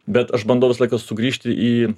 bet aš bandau visą laiką sugrįžti į